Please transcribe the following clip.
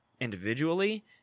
individually